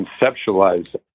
conceptualize